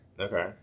Okay